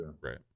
right